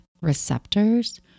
receptors